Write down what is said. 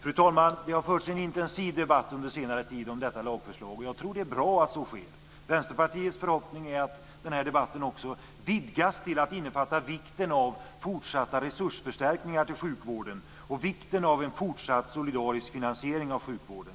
Fru talman! Det har förts en intensiv debatt under senare tid om detta lagförslag, och jag tror att det är bra att så sker. Vänsterpartiets förhoppning är att den här debatten också ska vidgas till att innefatta vikten av fortsatta resursförstärkningar till sjukvården och vikten av en fortsatt solidarisk finansiering av sjukvården.